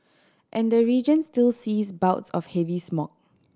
and the region still sees bouts of heavy smog